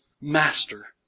Master